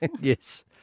Yes